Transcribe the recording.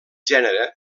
gènere